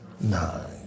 Nine